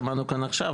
שמענו כאן עכשיו,